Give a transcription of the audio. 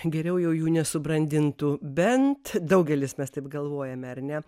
geriau jau jų nesubrandintų bent daugelis mes taip galvojame ar ne